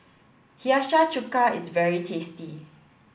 Hiyashi Chuka is very tasty